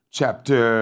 Chapter